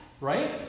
Right